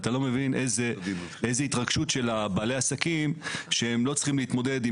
אתה לא מבין איזו התרגשות יש לבעלי העסקים שהם לא צריכים להתמודד עם